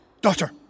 Daughter